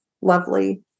lovely